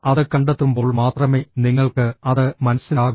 അത് കണ്ടെത്തുമ്പോൾ മാത്രമേ നിങ്ങൾക്ക് അത് മനസ്സിലാകൂ